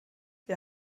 wir